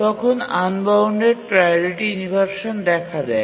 তখন unbounded priority inversion দেখা দেয়